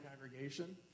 congregation